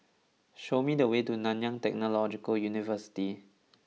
show me the way to Nanyang Technological University